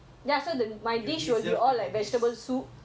ah okay lah okay lah make sense make sense